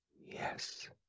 Yes